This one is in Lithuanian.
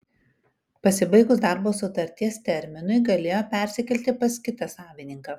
pasibaigus darbo sutarties terminui galėjo persikelti pas kitą savininką